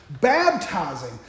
Baptizing